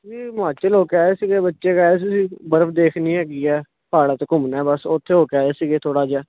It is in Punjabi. ਇਹ ਹਿਮਾਚਲ ਹੋ ਕੇ ਆਏ ਸੀਗੇ ਬੱਚੇ ਕਹਿ ਸੀ ਅਸੀਂ ਬਰਫ਼ ਦੇਖਨੀ ਹੈਗੀ ਹੈ ਪਹਾੜਾਂ 'ਚ ਘੁੰਮਣਾ ਬਸ ਉੱਥੇ ਹੋ ਕੇ ਆਏ ਸੀਗੇ ਥੋੜ੍ਹਾ ਜਿਹਾ